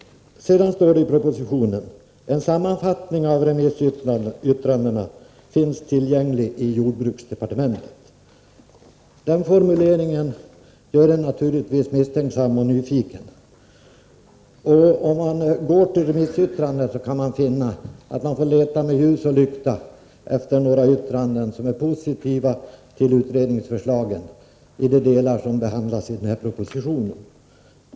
Vidare står det i propositionen, att en sammanfattning av remissyttrandena finns tillgänglig i jordbruksdepartementet. Den formuleringen gör en naturligtvis misstänksam och nyfiken. Man får leta med ljus och lykta för att finna något remissyttrande som är positivt till utredningens förslag i de delar som behandlas i denna proposition.